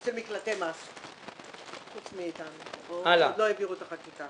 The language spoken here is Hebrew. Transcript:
זה מקלטי מס חוץ מאתנו, עוד לא העבירו את החקיקה.